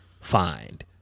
find